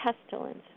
pestilence